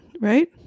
right